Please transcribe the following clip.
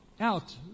out